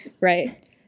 Right